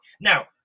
Now